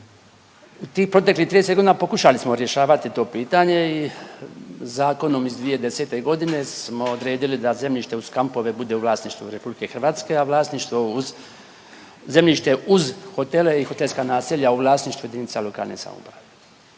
U tih proteklih 30 godina pokušali smo rješavati to pitanje i zakonom iz 2010.g. smo odredili da zemljište uz kampove bude u vlasništvu RH, a vlasništvo uz zemljište uz hotele i hotelska naselja u vlasništvu jedinice lokalne samouprave.